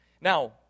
Now